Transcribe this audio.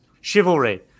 chivalry